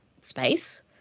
space